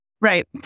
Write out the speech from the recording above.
Right